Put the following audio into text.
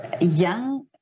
young